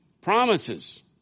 promises